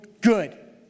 good